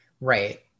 Right